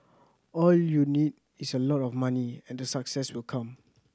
all you need is a lot of money and the success will come